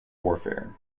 warfare